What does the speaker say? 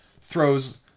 throws